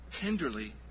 tenderly